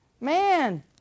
Man